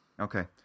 Okay